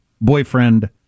boyfriend